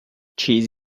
cheese